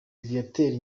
viateur